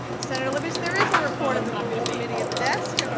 senator libous there is a report of the rules committee at the desk.